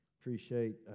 appreciate